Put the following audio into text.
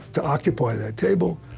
to occupy that table,